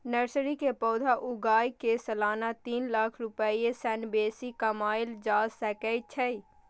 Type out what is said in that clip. nursery मे पौधा उगाय कें सालाना तीन लाख रुपैया सं बेसी कमाएल जा सकै छै